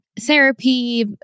therapy